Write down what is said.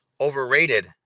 overrated